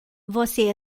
você